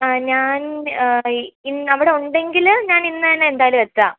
ആ ഞാൻ ഇന്നവിടെ ഉണ്ടെങ്കിൽ ഞാൻ ഇന്ന് തന്നെ എന്തായാലും എത്താം